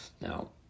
Now